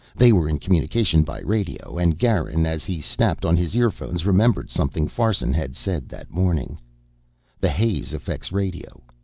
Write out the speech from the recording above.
they were in communication by radio and garin, as he snapped on his earphones, remembered something farson had said that morning the haze affects radio.